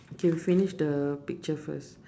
okay we finish the picture first